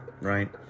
right